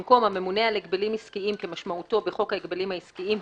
במקום "הממונה על הגבלים עסקיים כמשמעותו בחוק ההגבלים העסקיים,